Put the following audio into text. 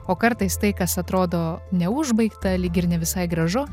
o kartais tai kas atrodo neužbaigta lyg ir ne visai gražu